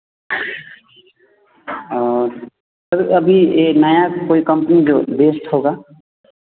हाँ सर अभी एक नया कोई कंपनी जो बेस्ट होगा